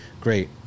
great